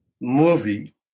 movie